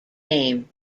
name